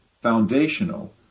foundational